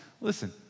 Listen